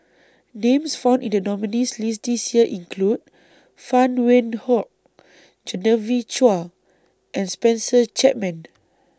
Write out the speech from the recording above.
Names found in The nominees' list This Year include Phan Wait Hong Genevieve Chua and Spencer Chapman